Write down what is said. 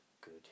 good